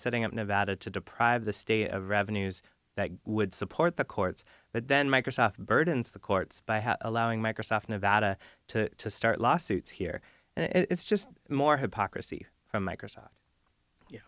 setting up nevada to deprive the state of revenues that would support the courts but then microsoft burdens the courts by allowing microsoft nevada to start lawsuits here and it's just more hypocrisy from microsoft